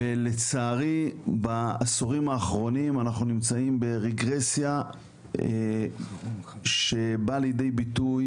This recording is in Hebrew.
לצערי בעשורים האחרונים אנחנו נמצאים ברגרסיה שבאה לידי ביטוי